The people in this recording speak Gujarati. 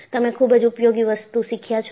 તમે ખૂબ જ ઉપયોગી વસ્તુ શીખ્યા છો